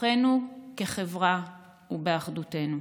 וכוחנו כחברה הוא באחדותנו.